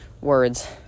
words